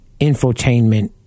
infotainment